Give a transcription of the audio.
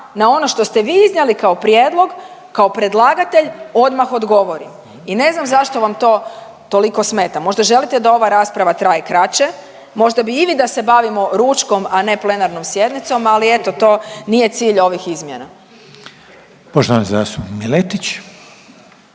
na ono što ste vi iznijeli kao prijedlog, kao predlagatelj odmah odgovorim. I ne znam zašto vam to toliko smeta. Možda želite da ova rasprava traje kraće, možda bi i vi da se bavimo ručkom, a ne plenarnom sjednicom, ali eto to nije cilj ovih izmjena. **Reiner,